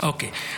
אוקיי.